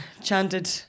chanted